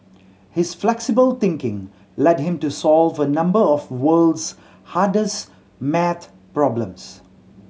his flexible thinking led him to solve a number of world's hardest maths problems